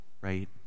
right